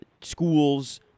schools